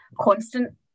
constant